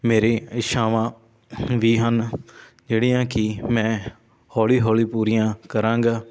ਮੇਰੀ ਇੱਛਾਵਾਂ ਵੀ ਹਨ ਜਿਹੜੀਆਂ ਕਿ ਮੈਂ ਹੌਲੀ ਹੌਲੀ ਪੂਰੀਆਂ ਕਰਾਂਗਾ